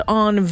on